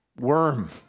worm